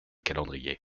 calendrier